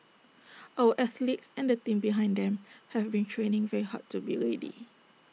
our athletes and the team behind them have been training very hard to be ready